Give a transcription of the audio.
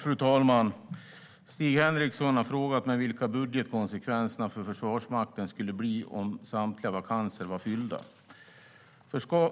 Fru talman! Stig Henriksson har frågat mig vilka budgetkonsekvenserna för Försvarsmakten skulle bli om samtliga vakanser var fyllda.